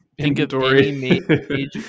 Inventory